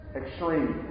extreme